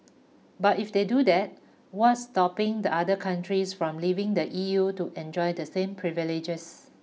but if they do that what's stopping the other countries from leaving the E U to enjoy the same privileges